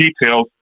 details